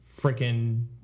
freaking